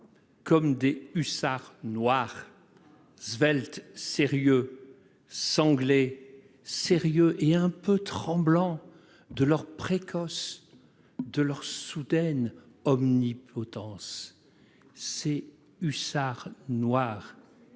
comme des hussards noirs. Sveltes ; sévères ; sanglés. Sérieux, et un peu tremblants de leur précoce, de leur soudaine omnipotence. [...] Ces hussards noirs